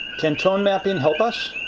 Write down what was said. can tone-mapping help us?